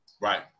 Right